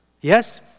Yes